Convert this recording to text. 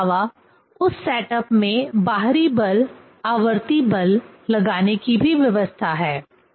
इसके अलावा उस सेटअप में बाहरी बल आवर्ती बल लगाने की भी व्यवस्था है